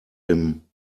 dem